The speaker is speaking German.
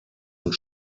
und